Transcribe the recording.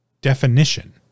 definition